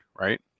right